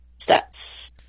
Stats